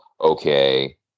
okay